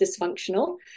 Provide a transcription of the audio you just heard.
dysfunctional